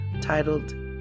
titled